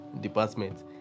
department